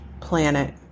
planet